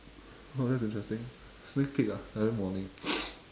oh that's interesting sneak peek ah every morning